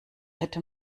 hätte